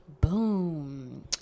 Boom